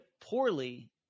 poorly